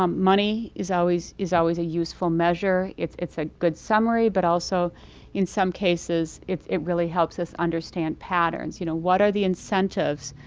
um money is always is always a useful measure. it's it's a good summary but also in some cases it really helps us understand patterns. you know, what are the incentives?